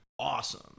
awesome